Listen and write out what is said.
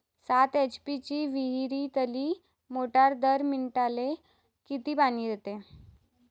सात एच.पी ची विहिरीतली मोटार दर मिनटाले किती पानी देते?